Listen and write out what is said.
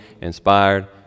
inspired